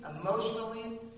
emotionally